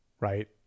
right